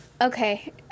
okay